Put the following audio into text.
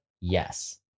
yes